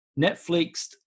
Netflix